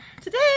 today